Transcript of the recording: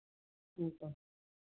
हमको